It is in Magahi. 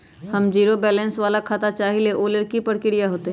हम जीरो बैलेंस वाला खाता चाहइले वो लेल की की प्रक्रिया होतई?